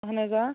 اہن حظ آ